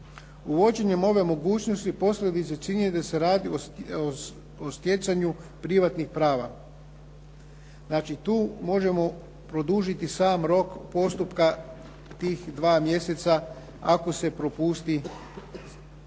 Uvođenjem ove mogućnosti …/Govornik se ne razumije./… da se radi o stjecanju privatnih prava. Znači, tu možemo produžiti sam rok postupka tih dva mjeseca ako se propusti u samom